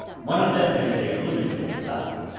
one of them is a lunatic asylum.